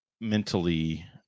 mentally